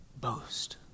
boast